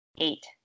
Eight